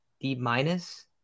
D-minus